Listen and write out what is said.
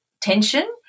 tension